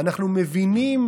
אנחנו מבינים